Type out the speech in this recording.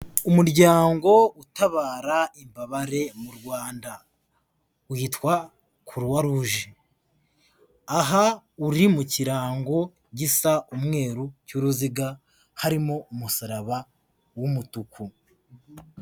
Umuryango utabara imbabare mu Rwanda, witwa croix rouge. Aha uri mu kirango gisa umweru cy'uruziga, harimo umusaraba w'umutuku.